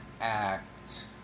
Act